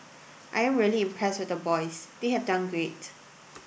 I am really impressed with the boys they have done great